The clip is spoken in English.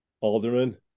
Alderman